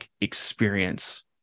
experience